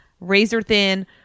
razor-thin